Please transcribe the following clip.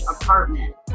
apartment